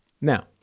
Now